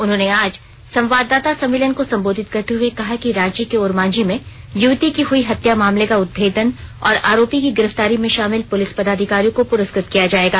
उन्होंने आज संवाददाता सम्मेलन को संबोधित करते हुए कहा कि रांची के ओरमांझी में युवती की हुई हत्या मामले का उद्भेदन और आरोपी की गिरफ्तारी में शामिल पुलिस पदाधिकारियों को पुरस्कृत किया जाएगा